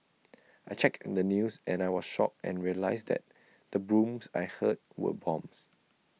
I checked the news and I was shocked and realised that the booms I heard were bombs